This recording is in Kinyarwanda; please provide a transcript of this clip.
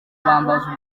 bambaza